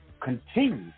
continue